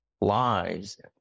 lives